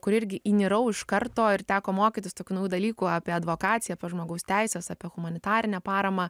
kur irgi įnirau iš karto ir teko mokytis tokių naujų dalykų apie advokaciją apie žmogaus teises apie humanitarinę paramą